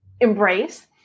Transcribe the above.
embrace